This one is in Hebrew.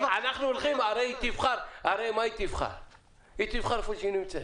הרי היא תבחר איפה היא נמצאת,